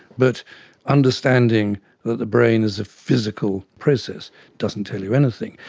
but understanding that the brain is a physical process doesn't tell you anything.